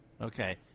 Okay